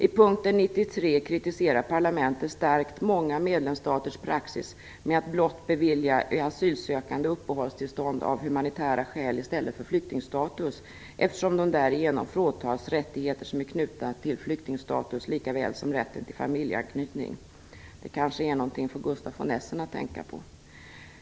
I punkt 93 kritiserar parlamentet starkt många medlemsstaters praxis att blott bevilja asylsökande uppehållstillstånd av humanitära skäl i stället för flyktingstatus, eftersom de därigenom fråntas rättigheter som är knutna till flyktingstatus likaväl som rätten till familjeanknytning. Det kanske är något för Gustaf von Essen att tänka på.